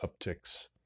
upticks